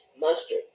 Mustard